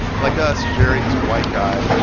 like us, jerry is a white guy.